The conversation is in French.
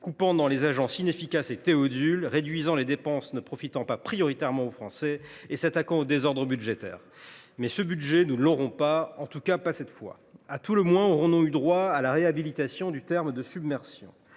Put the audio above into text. coupant dans les crédits des agences Théodule inefficaces, en réduisant les dépenses qui ne profitent pas prioritairement aux Français et en s’attaquant au désordre budgétaire. Mais ce budget, nous ne l’aurons pas… En tout cas pas cette fois. À tout le moins, nous avons eu droit à la réhabilitation du terme de submersion…